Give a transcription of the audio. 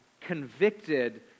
convicted